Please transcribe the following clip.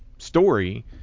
story